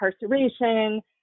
incarceration